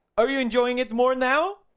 are you enjoying it more now?